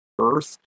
earth